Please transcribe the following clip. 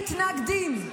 ומתנגדים.